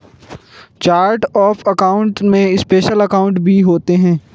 chart of account में special account भी होते हैं